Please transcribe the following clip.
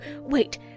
Wait